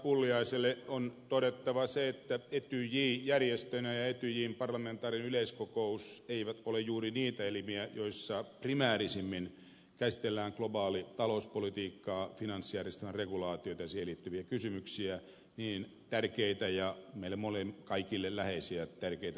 pulliaiselle on todettava se että etyj järjestönä ja etyjin parlamentaarinen yleiskokous eivät ole juuri niitä elimiä joissa primäärisimmin käsitellään globaalia talouspolitiikkaa finanssijärjestelmän regulaatioita ja siihen liittyviä kysymyksiä niin tärkeitä ja meille kaikille läheisiä aiheita kuin ne ovatkin